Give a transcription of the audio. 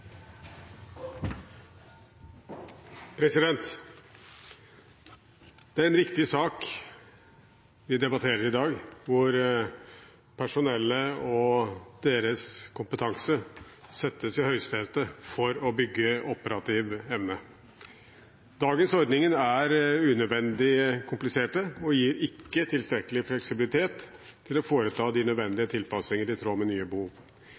Det er en viktig sak vi debatterer i dag, hvor personellet og deres kompetanse settes i høysetet for å bygge operativ evne. Dagens ordninger er unødvendig kompliserte og gir ikke tilstrekkelig fleksibilitet til å foreta de nødvendige tilpasninger, i tråd med nye behov.